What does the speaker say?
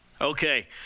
Okay